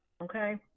Okay